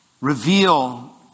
Reveal